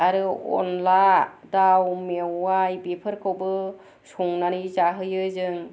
आरो अनला दाउ मेवाइ बेफोरखौबो संनानै जाहोयो जों